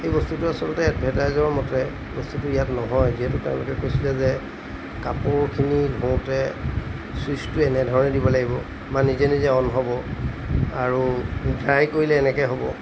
এই বস্তুটো আচলতে এডভাৰটাইজৰ মতে বস্তুটো ইয়াত নহয় যিহেতু তেওঁলোকে কৈছিলে যে কাপোৰখিনি ধোওঁতে ছুইচটো এনেধৰণে দিব লাগিব বা নিজে নিজে অন হ'ব আৰু ড্ৰাই কৰিলে এনেকৈ হ'ব